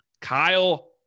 Kyle